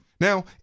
Now